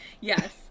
yes